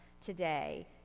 today